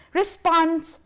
response